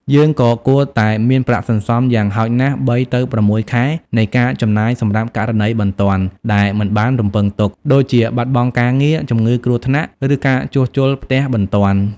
យើងក៏គួរតែមានប្រាក់សន្សំយ៉ាងហោចណាស់ ៣ ទៅ ៦ ខែនៃការចំណាយសម្រាប់ករណីបន្ទាន់ដែលមិនបានរំពឹងទុក ដូចជាបាត់បង់ការងារ ជំងឺគ្រោះថ្នាក់ ឬការជួសជុលផ្ទះបន្ទាន់។